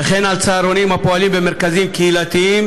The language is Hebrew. וכן על צהרונים הפועלים במרכזים קהילתיים